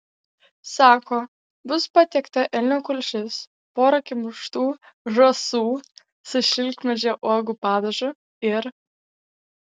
sako bus patiekta elnio kulšis pora kimštų žąsų su šilkmedžio uogų padažu ir